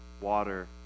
water